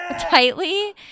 tightly